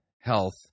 health